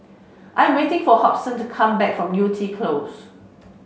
I am waiting for Hobson to come back from Yew Tee Close